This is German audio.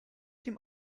dem